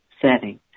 setting